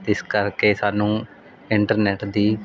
ਇਸ ਕਰਕੇ ਸਾਨੂੰ ਇੰਟਰਨੈੱਟ ਦੀ